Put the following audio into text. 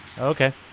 Okay